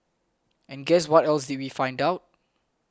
and guess what else did we find out